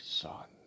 son